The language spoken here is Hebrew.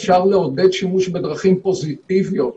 אפשר לעודד שימוש בדרכים פוזיטיביות,